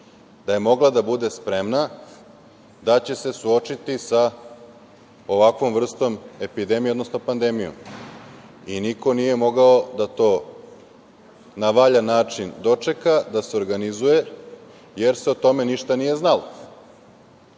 da je mogla da bude spremna da će se suočiti sa ovakvom vrstom epidemije, odnosno pandemijom. Niko nije mogao da to na valjan način dočeka, da se organizuje, jer se o tome ništa nije znalo.U